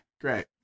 great